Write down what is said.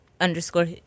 underscore